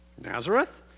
Nazareth